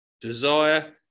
Desire